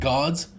Gods